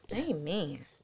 Amen